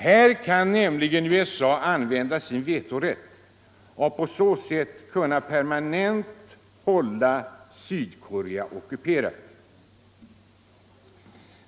Här kan USA använda sin vetorätt och på så sätt permanent hålla Sydkorea ockuperat.